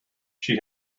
she